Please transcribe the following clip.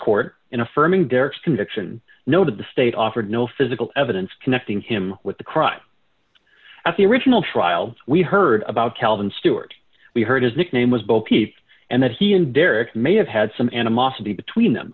court in affirming derek's conviction noted the state offered no physical evidence connecting him with the crime at the original trial we heard about calvin stewart we heard his nickname was bopeep and that he and derek may have had some animosity between them